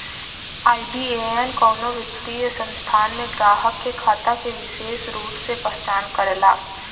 IBAN कउनो वित्तीय संस्थान में ग्राहक के खाता के विसेष रूप से पहचान करला